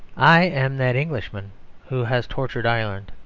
i am that englishman who has tortured ireland,